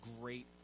great